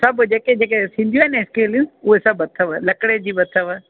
सभु जेके जेके थींदी आहिनि स्केलूं उहे सभु अथव लकिड़े जी बि अथव